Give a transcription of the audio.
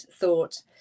thought